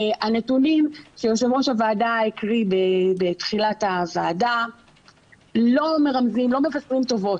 הנתונים שיושב-ראש הוועדה הקריא בתחילת הדיון לא מבשרים טובות.